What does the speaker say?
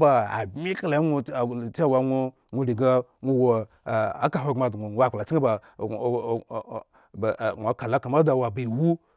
babmbi kala eŋwo ee la cewa ŋwo-mwo riga mwo wo eka ahogbren adŋo wo akplachken ba ba ba gŋo kalo kama lo wo ba iwu